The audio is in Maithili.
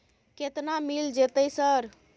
केतना मिल जेतै सर?